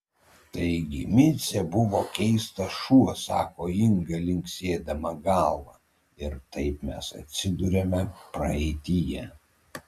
taigi micė buvo keistas šuo sako inga linksėdama galva ir taip mes atsiduriame praeityje